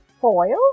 foil